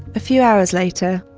a few hours later,